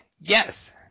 yes